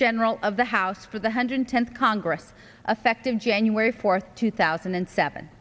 general of the house for the hundred tenth congress effect of january fourth two thousand and seven